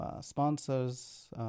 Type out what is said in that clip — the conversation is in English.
Sponsors